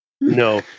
No